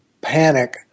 panic